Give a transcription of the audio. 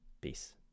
Peace